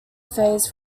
phrase